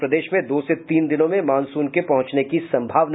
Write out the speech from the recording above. और प्रदेश में दो से तीन दिनों में मॉनसून के पहुंचने की सम्भावना